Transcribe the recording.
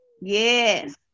Yes